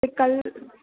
ते कल